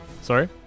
Sorry